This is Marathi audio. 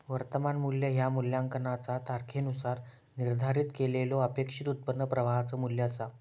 वर्तमान मू्ल्य ह्या मूल्यांकनाचा तारखेनुसार निर्धारित केलेल्यो अपेक्षित उत्पन्न प्रवाहाचो मू्ल्य असा